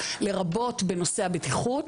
לרבות בנושא הבטיחות,